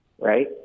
Right